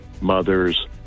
mothers